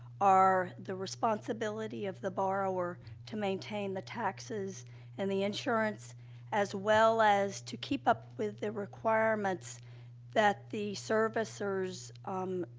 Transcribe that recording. are the responsibility of the borrower to maintain the taxes and the insurance as well as to keep up with the requirements that the servicers, um,